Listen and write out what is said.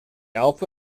alpha